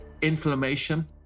Inflammation